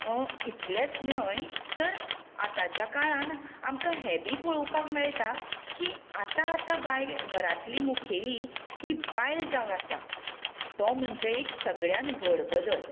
इतलेंच न्हय तर आतांच्या काळान आमकां हें बी पळोवपाक मेळटा की आतां आतां बाय घरांतली मुखेली ही बायल जावन आसा तो म्हणजे एक सगळ्यांत व्हड बदल